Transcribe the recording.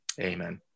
amen